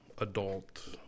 adult